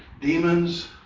demons